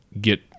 get